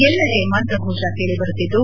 ಎಲ್ಲೆಡೆ ಮಂತ್ರ ಫೋಷ ಕೇಳಬರುತ್ತಿದ್ದು